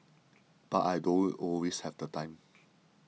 but I don't always have the time